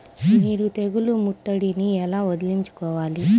మీరు తెగులు ముట్టడిని ఎలా వదిలించుకోవాలి?